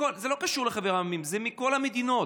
זה לא קשור לחבר המדינות, זה מכל המדינות.